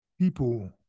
people